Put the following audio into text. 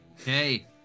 okay